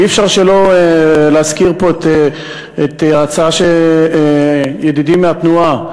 ואי-אפשר שלא להזכיר פה את ההצעה שידידי מהתנועה,